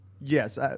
Yes